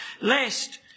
Lest